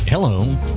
Hello